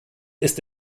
ist